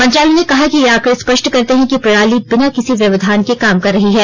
मंत्रालय ने कहा कि ये आंकड़े स्पष्ट करते हैं कि प्रणाली बिना किसी व्यवधान के काम कर रही है